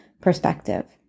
perspective